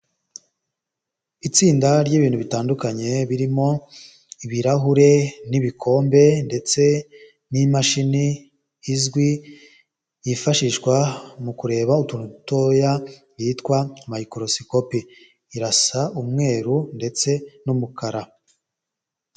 Itsinda ry'ibintu bitandukanye birimo ibirahure n'ibikombe ndetse n'imashini izwi yifashishwa mu kureba utuntu dutoya yitwa mayikorosikopi, irasa umweru ndetse n'umukara.